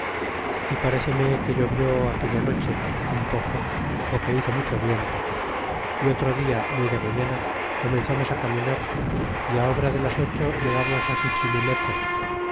y paréceme que llovió aquella noche un poco ó que hizo mucho viento y otro dia muy de mañana comenzamos a caminar é a obra de las ocho llegamos a suchimileco saber yo